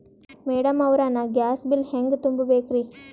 Madam ಅವ್ರ, ನಾ gas bill ಹೆಂಗ ತುಂಬಾ ಬೇಕ್ರಿ?